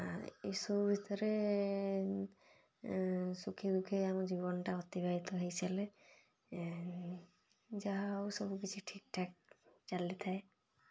ଏ ସବୁ ଭିତରେ ସୁଖେ ଦୁଃଖେ ଆମ ଜୀବନଟା ଅତିବାହିତ ହେଇ ଚାଲେ ଯାହା ହେଉ ସବୁକିଛି ଠିକ୍ ଠାକ୍ ଚାଲିଥାଏ